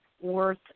worth